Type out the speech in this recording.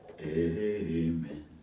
amen